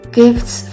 gifts